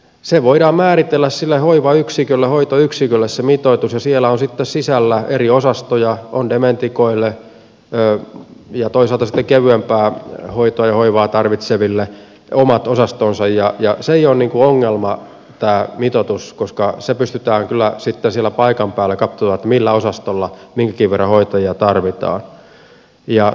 se mitoitus voidaan määritellä sille hoivayksikölle hoitoyksikölle ja siellä on sitten sisällä eri osastoja on dementikoille ja toisaalta sitten kevyempää hoitoa ja hoivaa tarvitseville omat osastonsa ja se ei ole ongelma tämä mitoitus koska se pystytään kyllä sitten siellä paikan päällä katsomaan että millä osastolla minkäkin verran hoitajia tarvitaan